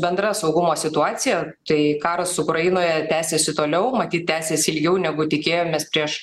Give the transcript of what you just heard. bendra saugumo situacija tai karas ukrainoje tęsiasi toliau matyt tęsis ilgiau negu tikėjomės prieš